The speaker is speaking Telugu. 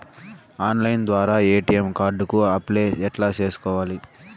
ఆన్లైన్ ద్వారా ఎ.టి.ఎం కార్డు కు అప్లై ఎట్లా సేసుకోవాలి?